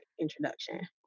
introduction